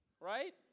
right